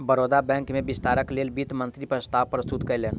Baroda bank में विस्तारक लेल वित्त मंत्री प्रस्ताव प्रस्तुत कयलैन